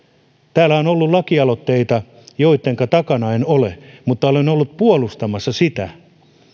täällä on ollut lakialoitteita joittenka takana en ole mutta olen ollut puolustamassa sitä